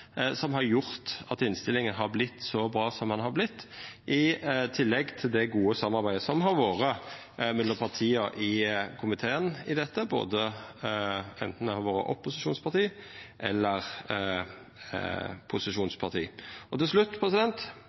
som har gjort at innstillinga har vorte så god som ho har vorte, i tillegg til det gode samarbeidet som har vore mellom partia i komiteen i dette, anten det har vore opposisjonsparti eller posisjonsparti. Til slutt